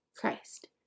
christ